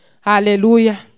hallelujah